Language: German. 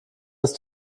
ist